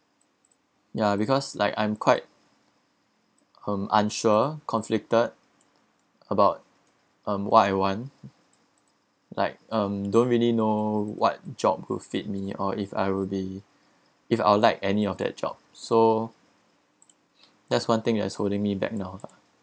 ya because like I'm quite um unsure conflicted about um what I want like um don't really know what job will fit me or if I will be if I'll like any of that job so that's one thing as holding me back now lah